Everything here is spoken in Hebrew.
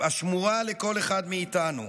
השמורה לכל אחד מאיתנו,